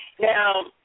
Now